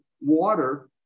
water